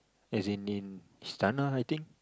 as in in Istana I think